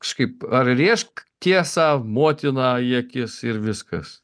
kažkaip ar rėžk tiesą motina į akis ir viskas